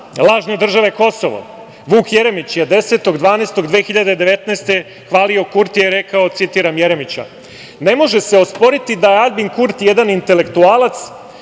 lažne države Kosovo, Vuk Jeremić, je 10. decembra 2019. godine hvalio Kurtija i rekao, citiram Jeremića: „Ne može se osporiti da je Aljbin Kurti jedan intelektualac,